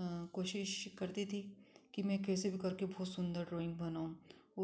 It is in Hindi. कोशिश करती थी कि मैं कैसे भी करके बहुत सुंदर ड्राइंग बनाऊँ